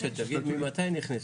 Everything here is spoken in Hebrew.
משה, תגיד, ממתי נכנסו?